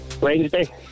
Wednesday